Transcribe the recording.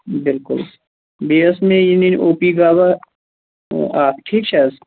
بِلکُل بیٚیہِ ٲسۍ مےٚ یہِ نِنۍ او پی بابا اَکھ ٹھیٖک چھا حظ